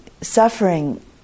suffering